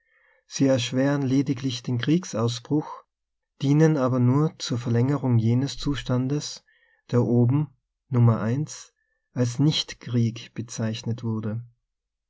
sie erschweren lediglich den kriegsausbruch dienen aber nur zur ver längerung jenes zustandes der oben nr als nicht krieg bezeichnet wurde